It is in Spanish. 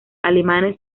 alemanes